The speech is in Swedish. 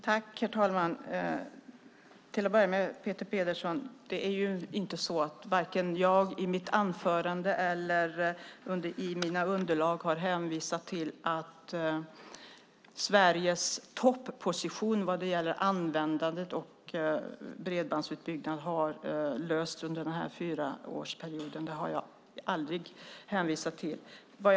Herr talman! Jag vill börja med att säga följande till Peter Pedersen: Jag har inte, vare sig i mitt anförande eller i mina underlag, sagt när det gäller Sveriges topposition vad gäller användande av och utbyggnad av bredband att alla problem har lösts under denna fyraårsperiod.